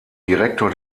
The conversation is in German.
direktor